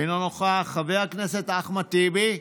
אינו נוכח, חבר הכנסת אחמד טיבי,